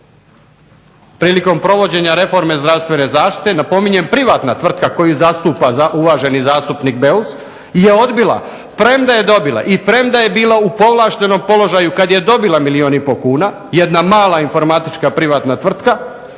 prilikom provođenja reforme zdravstvene zaštite, napominjem privatna tvrtka koju zastupa uvaženi zastupnik Beus, je odbila premda je dobila i premda je bila u povlaštenom položaju kad je dobila milijun i pol kuna, jedna mala informatička privatna tvrtka,